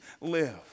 live